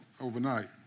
overnight